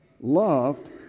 loved